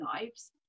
knives